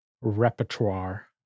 repertoire